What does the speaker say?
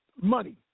Money